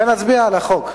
ונצביע על החוק.